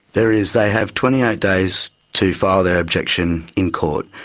there is, they have twenty eight days to file their objection in court.